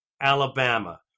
Alabama